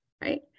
right